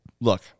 look